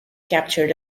captured